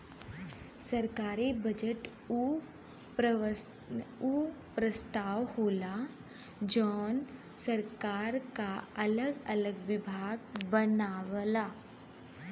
सरकारी बजट उ प्रस्ताव होला जौन सरकार क अगल अलग विभाग बनावला